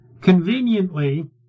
conveniently